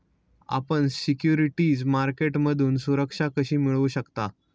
आपण सिक्युरिटीज मार्केटमधून सुरक्षा कशी मिळवू शकता?